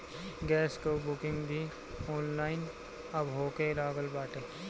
gas कअ booking भी online अब होखे लागल बाटे